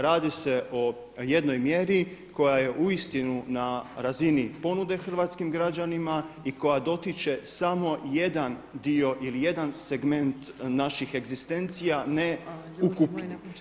Radi se o jednoj mjeri koja je uistinu na razini ponude hrvatskim građanima i koja dotiče samo jedan dio ili jedan segment naših egzistencija a ne ukupni.